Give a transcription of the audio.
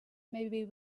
maybe